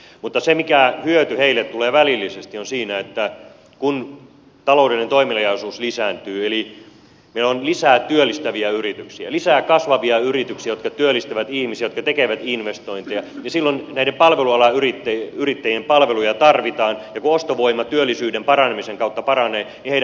mutta se mikä hyöty heille tulee välillisesti on siinä että kun taloudellinen toimeliaisuus lisääntyy eli meillä on lisää työllistäviä yrityksiä lisää kasvavia yrityksiä jotka työllistävät ihmisiä jotka tekevät investointeja niin silloin näiden palvelualayrittäjien palveluja tarvitaan ja kun ostovoima työllisyyden paranemisen kautta paranee niin heidän palvelujaan tarvitaan entistä enemmän